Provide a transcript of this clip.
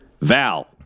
Val